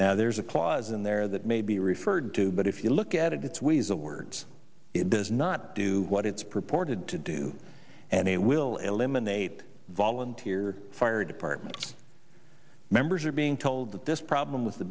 now there's a clause in there that may be referred to but if you look at it it's weasel words it does not do what it's purported to do and it will eliminate the volunteer fire department members are being told that this problem with the